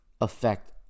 affect